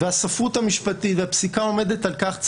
הספרות המשפטית והפסיקה עומדת על כך,